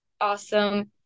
awesome